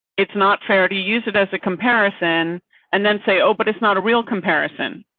it's not fair to use it as a comparison and then say, oh, but it's not a real comparison.